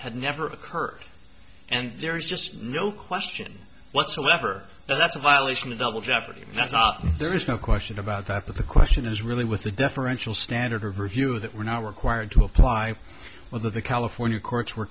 had never occurred and there's just no question whatsoever that's a violation of double jeopardy and that's all there is no question about that the question is really with the deferential standard of review that we're now required to apply well that the california courts were